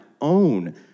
own